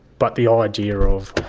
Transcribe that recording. but the ah idea of